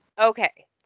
okay